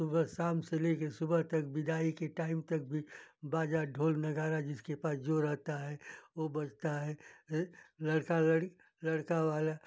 सुबह शाम से लेकर सुबह तक विदाई के टाइम तक भी बाजा ढोल नगाड़ा जिसके पास जो रहता है वो बजता है लड़का लड़ अ लड़का वाला